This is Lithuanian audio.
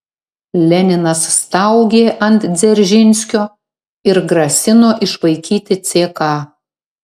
leninas staugė ant dzeržinskio ir grasino išvaikyti ck